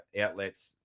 outlets